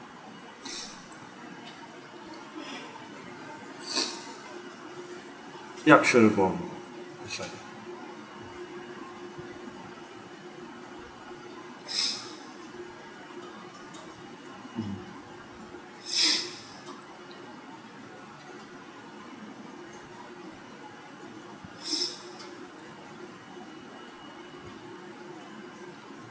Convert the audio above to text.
yup sure no problem which one mm